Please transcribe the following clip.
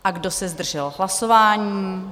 A kdo se zdržel v hlasování?